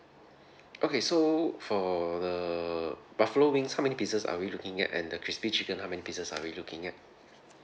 okay so for the buffalo wings how many pieces are we looking at and the crispy chicken how many pieces are we looking at